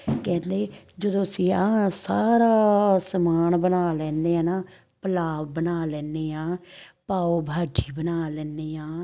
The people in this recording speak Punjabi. ਕਹਿੰਦੇ ਜਦੋਂ ਅਸੀਂ ਆਹ ਸਾਰਾ ਸਮਾਨ ਬਣਾ ਲੈਂਦੇ ਹਾਂ ਨਾ ਪੁਲਾਵ ਬਣਾ ਲੈਂਦੇ ਹਾਂ ਪਾਓ ਭਾਜ਼ੀ ਬਣਾ ਲੈਂਦੇ ਹਾਂ